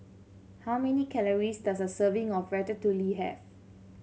how many calories does a serving of Ratatouille have